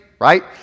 Right